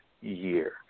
year